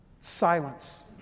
silence